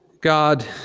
God